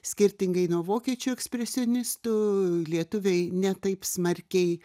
skirtingai nuo vokiečių ekspresionistų lietuviai ne taip smarkiai